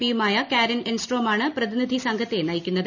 P യുമായ Karin എൻസ്ട്രോമാണ് പ്രതിനിധി സംഘത്തെ നയിക്കുന്നത്